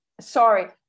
Sorry